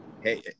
Hey